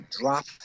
drop